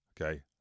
okay